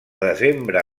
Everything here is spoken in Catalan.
desembre